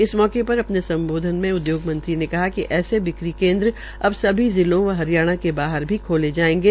इस मौके पर अपने सम्बोधन में उद्योगमंत्री ने कहा कि ऐसे बिक्री केन्द्र अब सभी जिलों व हरियाणा के बाहर भी खोले जायेंगे